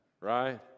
right